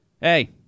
hey